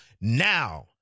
now